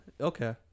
Okay